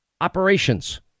operations